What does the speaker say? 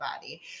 body